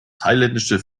thailändische